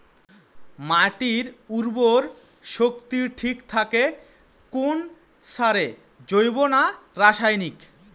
মাটির উর্বর শক্তি ঠিক থাকে কোন সারে জৈব না রাসায়নিক?